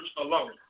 alone